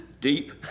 deep